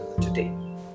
today